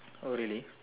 oh really